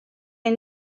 les